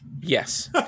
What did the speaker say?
Yes